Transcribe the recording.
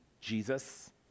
Jesus